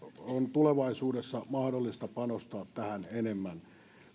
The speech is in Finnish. tulevaisuudessa mahdollista panostaa tähän enemmän